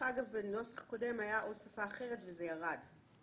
בנוסח הקודם נאמר או שפה אחרת וזה ירד.